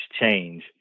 change